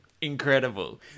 Incredible